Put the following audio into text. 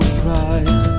pride